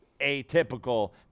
atypical